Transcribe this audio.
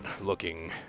looking